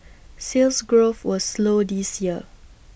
Sales Growth was slow this year